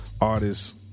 artists